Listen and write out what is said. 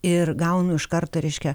ir gaunu iš karto reiškia